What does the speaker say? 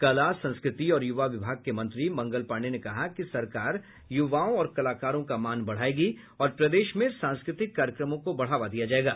कला संस्कृति और युवा विभाग के मंत्री मंगल पांडेय ने कहा कि सरकार युवाओं और कलाकारों का मान बढ़ायेगी और प्रदेश में सांस्कृतिक कार्यक्रमों को बढ़ावा दिया जायेगा